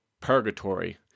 purgatory